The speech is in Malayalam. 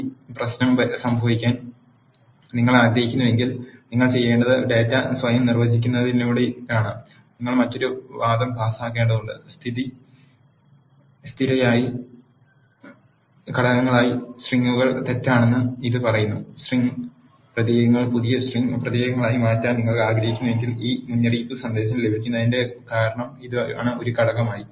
ഈ പ്രശ്നം സംഭവിക്കാൻ നിങ്ങൾ ആഗ്രഹിക്കുന്നില്ലെങ്കിൽ നിങ്ങൾ ചെയ്യേണ്ടത് ഡാറ്റ സ്വയം നിർവചിക്കുന്നതിനിടയിലാണ് നിങ്ങൾ മറ്റൊരു വാദം പാസാക്കേണ്ടതുണ്ട് സ്ഥിരസ്ഥിതിയായി ഘടകങ്ങളായി സ്ട്രിംഗുകൾ തെറ്റാണെന്ന് ഇത് പറയുന്നു സ്ട്രിംഗ് പ്രതീകങ്ങൾ പുതിയ സ്ട്രിംഗ് പ്രതീകങ്ങളായി മാറ്റാൻ നിങ്ങൾ ആഗ്രഹിക്കുമ്പോൾ ഈ മുന്നറിയിപ്പ് സന്ദേശം ലഭിക്കുന്നതിന്റെ കാരണം ഇതാണ് ഒരു ഘടകമായി